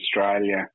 Australia